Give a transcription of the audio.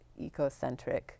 ecocentric